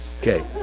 Okay